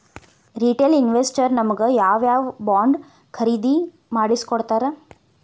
Retail investors ನಮಗ್ ಯಾವ್ ಯಾವಬಾಂಡ್ ಖರೇದಿ ಮಾಡ್ಸಿಕೊಡ್ತಾರ?